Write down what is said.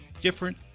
different